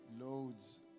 Loads